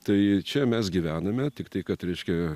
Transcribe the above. tai čia mes gyvename tiktai kad reiškia